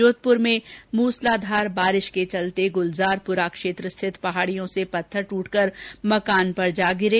जोधपुर में मूसलाधार बारिश के चलते गुलजारपुरा क्षेत्र स्थित पहाडियों से पत्थर ट्रटकर मकान पर जा गिरे